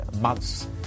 months